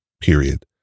Period